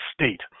state